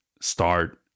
start